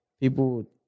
people